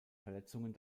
verletzungen